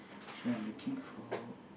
train I'm looking for